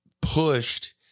pushed